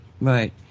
right